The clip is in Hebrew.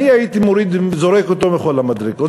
אני הייתי זורק אותו מכל המדרגות.